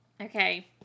Okay